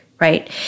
right